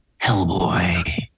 Hellboy